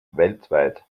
weltweit